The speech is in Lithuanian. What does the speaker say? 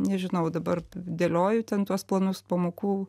nežinau dabar dėlioju ten tuos planus pamokų